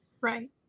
Right